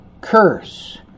curse